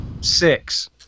six